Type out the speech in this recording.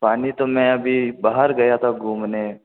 पानी तो मैं अभी बाहर गया था घूमने